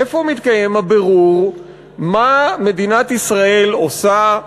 איפה מתקיים הבירור מה מדינת ישראל עושה?